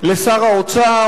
לשר האוצר,